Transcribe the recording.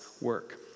work